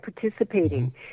participating